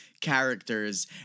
characters